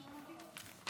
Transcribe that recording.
לא שמעתי.